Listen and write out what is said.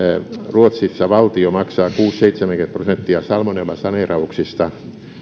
ruotsissa valtio maksaa kuusikymmentä viiva seitsemänkymmentä prosenttia salmonellasaneerauksista